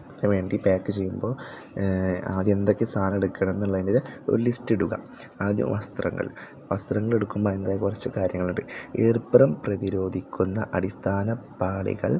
യാത്രക്ക് വേണ്ടി പാക്ക് ചെയ്യുമ്പോൾ ആദ്യം എന്തൊക്കെ സാധനം എടുക്കണം എന്നുള്ളതിൻ്റെ ഒരു ലിസ്റ്റിടുക ആദ്യം വസ്ത്രങ്ങൾ വസ്ത്രങ്ങൾ എടുക്കുമ്പോൾ അതിൻറ്റേതായ കുറച്ച് കാര്യങ്ങളുണ്ട് ഈർപ്പം പ്രതിരോധിക്കുന്ന അടിസ്ഥാന പാളികൾ